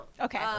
Okay